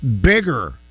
bigger